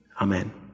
amen